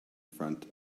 front